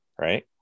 Right